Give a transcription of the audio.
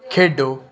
ਖੇਡੋ